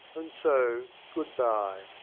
and so good-bye.